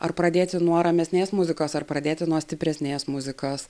ar pradėti nuo ramesnės muzikos ar pradėti nuo stipresnės muzikos